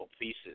pieces